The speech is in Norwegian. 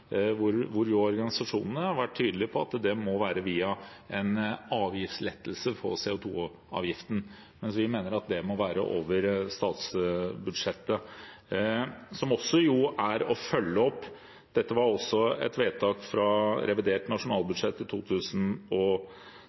tydelige på at det må være via en avgiftslettelse når det gjelder CO 2 -avgiften, mens vi mener at det må være over statsbudsjettet. Dette var også et vedtak fra revidert nasjonalbudsjett i 2017, hvor det ble gitt uttrykk for fra